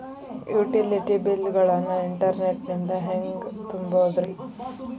Utility bill ಗಳನ್ನ internet ನಿಂದ ಹೆಂಗ್ ತುಂಬೋದುರಿ?